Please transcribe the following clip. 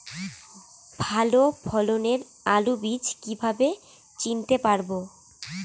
ভালো ফলনের আলু বীজ কীভাবে চিনতে পারবো?